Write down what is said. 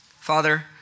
Father